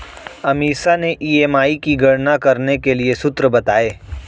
अमीषा ने ई.एम.आई की गणना करने के लिए सूत्र बताए